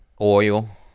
Oil